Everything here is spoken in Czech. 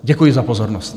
Děkuji za pozornost.